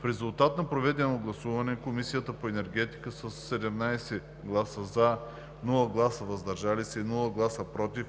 В резултат на проведеното гласуване, Комисията по енергетика със 17 гласа „за“, без гласове „въздържал се“ и без гласове „против“